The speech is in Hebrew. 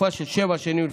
לתקופה של שבע שנים לפחות.